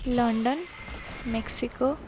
London Mexico